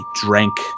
drank